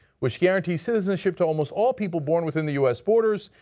which guarantees citizenship to almost all people born within the u s. borders,